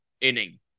inning